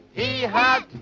he had